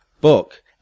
book